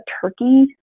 Turkey